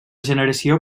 generació